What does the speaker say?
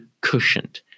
cushioned